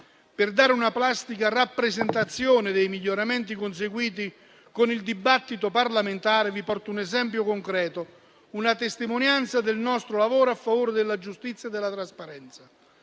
Per dare una plastica rappresentazione dei miglioramenti conseguiti con il dibattito parlamentare, vi porto un esempio concreto, una testimonianza del nostro lavoro a favore della giustizia e della trasparenza.